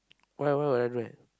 why why would I do that